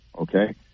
okay